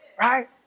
Right